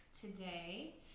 today